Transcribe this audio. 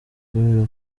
kubera